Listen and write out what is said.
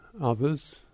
others